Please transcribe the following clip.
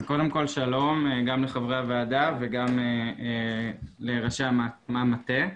אז קודם כול שלום גם לחברי הוועדה ולראשי המטה.